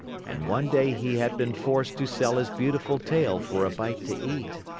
and one day he had been forced to sell his beautiful tail for a bite to eat.